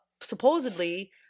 supposedly